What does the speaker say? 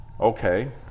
Okay